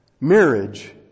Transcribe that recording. marriage